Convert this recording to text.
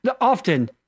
Often